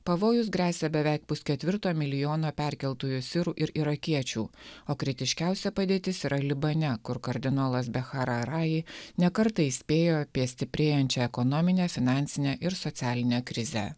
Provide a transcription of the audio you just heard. pavojus gresia beveik pusketvirto milijono perkeltųjų sirų ir irakiečių o kritiškiausia padėtis yra libane kur kardinolas bechara rai ne kartą įspėjo apie stiprėjančią ekonominę finansinę ir socialinę krizę